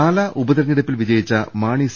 പാലാ ഉപതെരഞ്ഞെടുപ്പിൽ വിജയിച്ച മാണി സി